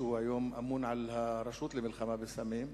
שהוא היום אמון על הרשות למלחמה בסמים,